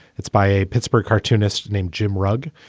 it's by a pittsburgh cartoonist named jim rug.